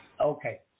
Okay